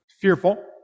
fearful